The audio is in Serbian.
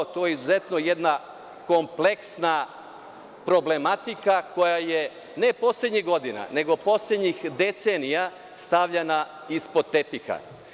To je kompleksna problematika koja je, ne poslednjih godina, nego poslednjih decenija stavljana ispod tepiha.